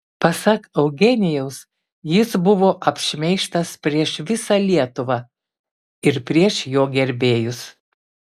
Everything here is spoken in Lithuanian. pasak eugenijaus jis buvo apšmeižtas prieš visą lietuvą ir prieš jo gerbėjus